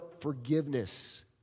forgiveness